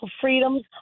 freedoms